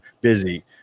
busy